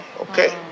okay